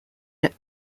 that